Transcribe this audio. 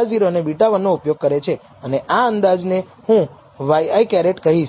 આપણે R squared વેલ્યુનો ઉપયોગ કરી શક્યા હોત આપણે કહ્યું